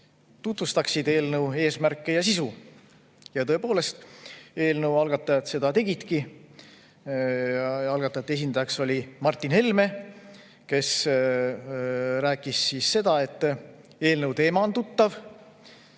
tutvustaksid eelnõu eesmärke ja sisu. Tõepoolest, eelnõu algatajad seda tegidki. Algatajate esindajaks oli Martin Helme, kes rääkis, et eelnõu teema on tuttav,